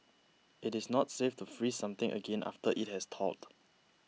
it is not safe to freeze something again after it has thawed